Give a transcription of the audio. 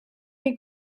chi